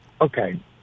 Okay